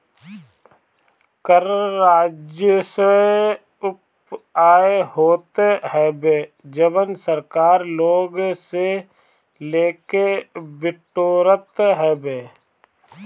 कर राजस्व उ आय होत हवे जवन सरकार लोग से लेके बिटोरत हवे